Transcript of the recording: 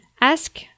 Ask